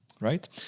right